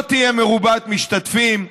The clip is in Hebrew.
לא תהיה מרובת משתתפים.